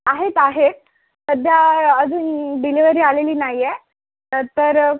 आहेत आहेत सध्या अजून डिलिव्हरी आलेली नाही आहे तर